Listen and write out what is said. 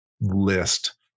list